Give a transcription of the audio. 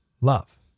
love